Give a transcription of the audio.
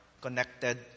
connected